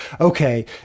okay